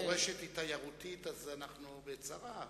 אם המורשת היא תיירותית אז אנחנו בצרה,